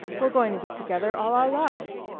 we're going to be together all our lives.